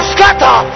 Scatter